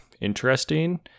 interesting